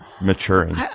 maturing